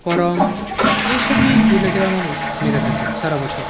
করম এইসব নিয়েই পুরুলিয়া জেলের মানুষ মেতে থাকে সারাবছর